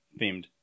themed